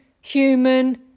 human